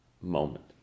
moment